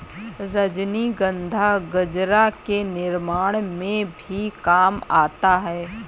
रजनीगंधा गजरा के निर्माण में भी काम आता है